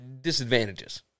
disadvantages